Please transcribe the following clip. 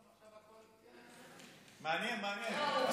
מעניין, מעניין.